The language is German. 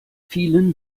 vielen